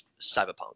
Cyberpunk